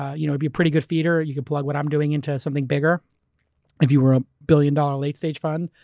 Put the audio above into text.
ah you know be a good feeder, you can plug what i'm doing into something bigger if you were a billion dollar late stage fund.